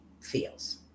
feels